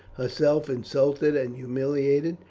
herself insulted and humiliated.